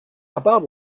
about